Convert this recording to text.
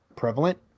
prevalent